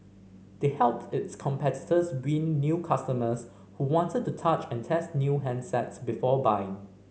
they helped its competitors win new customers who wanted to touch and test new handsets before buying